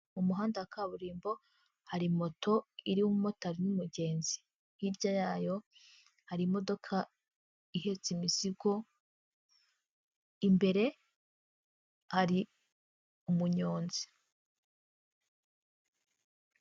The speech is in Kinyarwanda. Umu muhanda wa kaburimbo hari moto irimo umumotari n'umugenzi hirya yayo harimo ihetse imizigo imbere hari umunyonzi.